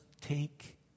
take